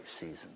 season